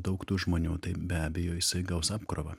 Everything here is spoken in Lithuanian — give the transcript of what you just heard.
daug tų žmonių tai be abejo jisai gaus apkrovą